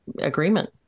agreement